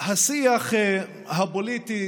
השיח הפוליטי